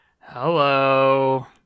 Hello